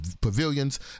pavilions